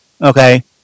Okay